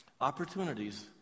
opportunities